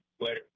Later